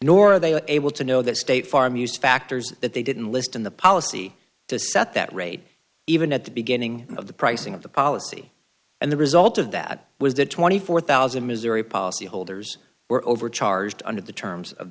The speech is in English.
nor they are able to know that state farm use factors that they didn't list in the policy to set that rate even at the beginning of the pricing of the policy and the result of that was that twenty four thousand missouri policyholders were overcharged under the terms of